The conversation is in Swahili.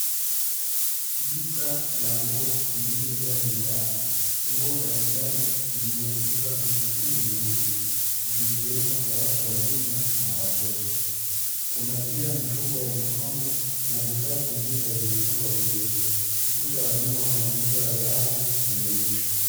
Duka la nguo lililojaa bidhaa. Nguo mbalimbali zimetundikwa kwenye stendi nyeusi zikiwemo za watu wazima na watoto. Kuna pia mifuko ya mikono na vifaa vingine vimepangwa vizuri. Ukuta wa nyuma una muundo wa dhahabu na nyeupe.